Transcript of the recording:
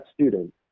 student